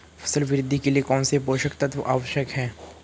फसल वृद्धि के लिए कौनसे पोषक तत्व आवश्यक हैं?